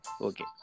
Okay